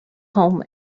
home